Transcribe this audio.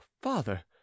father